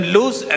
lose